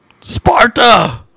Sparta